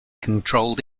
controlled